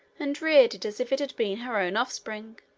and reared it as if it had been her own offspring.